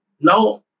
Now